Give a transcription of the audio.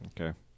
Okay